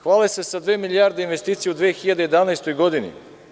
Hvale se sa dve milijarde investicija u 2011. godini.